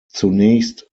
zunächst